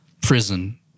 prison